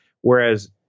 Whereas